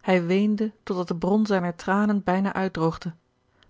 hij weende totdat de bron zijner tranen bijna uitdroogde